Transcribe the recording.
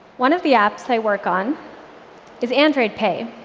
one of the apps i work on is android pay.